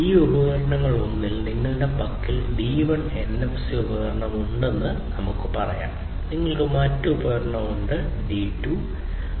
ഈ ഉപകരണങ്ങളിലൊന്നിൽ നിങ്ങളുടെ പക്കൽ D1 NFC ഉപകരണം ഉണ്ടെന്ന് നമുക്ക് പറയാം നിങ്ങൾക്ക് മറ്റൊരു ഉപകരണം ഉണ്ട് D2